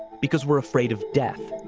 because we're afraid of death.